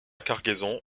cargaison